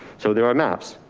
so there are maps,